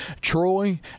Troy